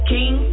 King